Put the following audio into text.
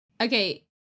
Okay